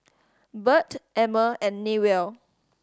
Burt Emmer and Newell